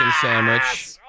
sandwich